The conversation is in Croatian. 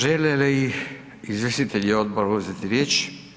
Žele li izvjestitelji odbora uzeti riječ?